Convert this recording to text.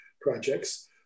projects